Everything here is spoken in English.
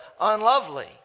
unlovely